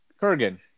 Kurgan